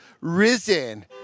risen